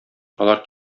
алар